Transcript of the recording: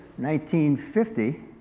1950